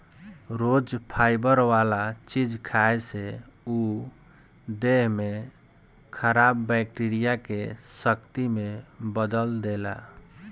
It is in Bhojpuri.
रोज फाइबर वाला चीज खाए से उ देह में खराब बैक्टीरिया के शक्ति में बदल देला